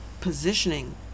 positioning